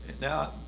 Now